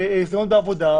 הזדמנויות בעבודה,